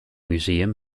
museum